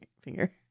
finger